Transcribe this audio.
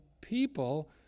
people